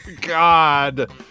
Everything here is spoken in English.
God